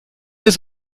ist